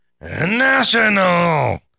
National